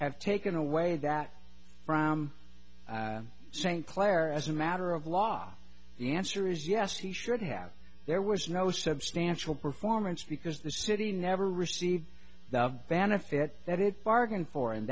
have taken away that from st clair as a matter of law the answer is yes he should have there was no substantial performance because the city never received the benefit that it bargained for and